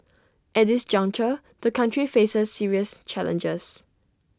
at this juncture the country faces serious challenges